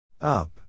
Up